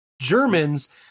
Germans